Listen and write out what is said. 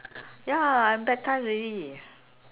ya I'm baptised already